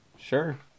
sure